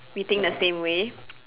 we think the same way